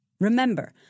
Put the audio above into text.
Remember